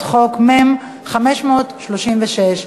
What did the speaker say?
מ/536.